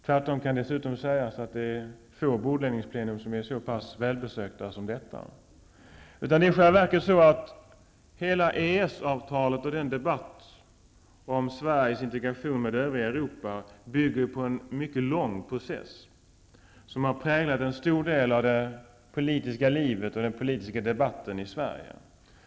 Tvärtom kan dessutom sägas att få bordläggningsplenum är så välbesökta som detta. Det är i själva verket så att hela EES-avtalet och den debatt om Sveriges integration med det övriga Europa bygger på en mycket lång process, som har präglat en mycket stor del av det politiska livet och den politiska debatten i Sverige.